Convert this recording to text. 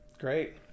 Great